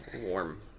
warm